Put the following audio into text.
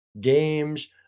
games